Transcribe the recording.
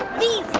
me